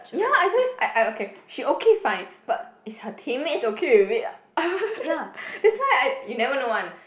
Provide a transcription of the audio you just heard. ya I told you I I okay she okay fine but is her teammates okay with it that's why I you never know one